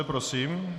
Prosím.